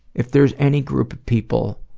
if there's any group of people